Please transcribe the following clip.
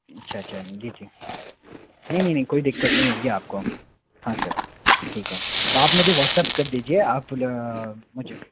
अच्छा अच्छा ठीक है नहीं नहीं नहीं कोई दिक़्क़त नहीं होगी आपको हाँ सर ठीक है तो आप मुझे व्हाट्सएप कर दीजिए आप मुझे